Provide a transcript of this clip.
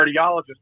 cardiologist